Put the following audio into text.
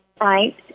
right